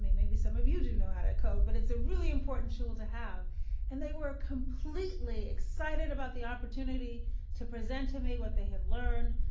maybe some of you do know how to code but it's a really important tool to have and they were completely excited about the opportunity to present to me what they had learned.